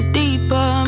deeper